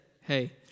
hey